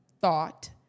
thought